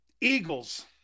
Eagles